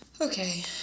Okay